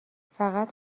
فقط